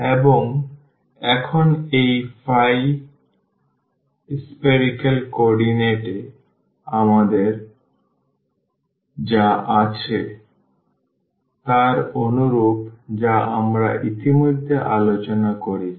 এবং এখন এই phi spherical কোঅর্ডিনেট এ আমাদের যা আছে তার অনুরূপ যা আমরা ইতিমধ্যে আলোচনা করেছি